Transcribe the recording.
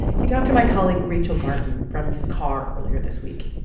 he talked to my colleague rachel martin from his car earlier this week.